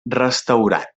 restaurat